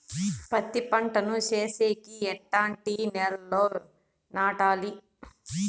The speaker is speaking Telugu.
పత్తి పంట ను సేసేకి ఎట్లాంటి నేలలో నాటాలి?